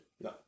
No